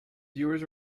viewers